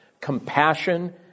compassion